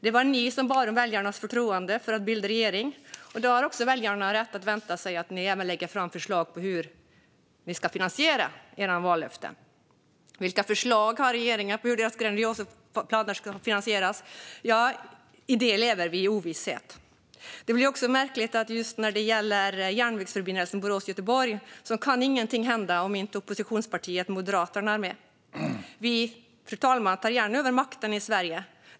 Det var ni som bad om väljarnas förtroende för att bilda regering, Tomas Eneroth. Då har väljarna också rätt att vänta sig att ni lägger fram förslag på hur ni ska finansiera era vallöften. Vilka förslag har regeringen på hur era grandiosa planer ska finansieras? Där lever vi i ovisshet. Det blir också märkligt när det gäller just järnvägsförbindelsen Borås-Göteborg att ingenting kan hända om inte oppositionspartiet Moderaterna är med. Fru talman! Vi tar gärna över makten i Sverige.